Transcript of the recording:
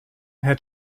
had